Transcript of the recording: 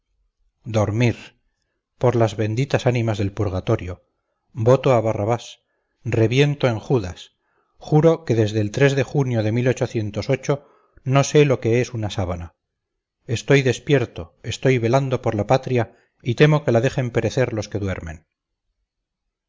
dormir por las benditas ánimas del purgatorio voto a barrabás reviento en judas juro que desde el de junio de no sé lo que es una sábana estoy despierto estoy velando por la patria y temo que la dejen perecer los que duermen